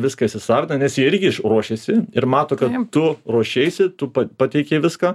viską įsisavina nes jie irgi iš ruošėsi ir mato kad tu ruošeisi tu pateikei viską